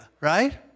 right